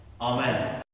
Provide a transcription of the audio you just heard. amen